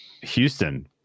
Houston